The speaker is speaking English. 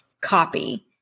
copy